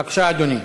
בבקשה, אדוני.